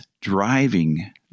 driving